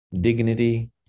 dignity